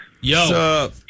Yo